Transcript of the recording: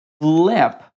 flip